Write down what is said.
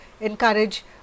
encourage